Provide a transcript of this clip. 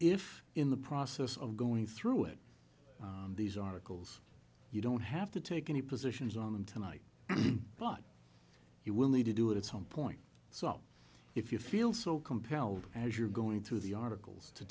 if in the process of going through it these articles you don't have to take any positions on them tonight but you will need to do it at some point so if you feel so compelled as you're going through the articles to